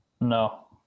No